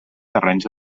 terrenys